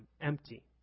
empty